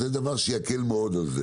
זה יקל על זה מאוד.